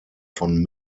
von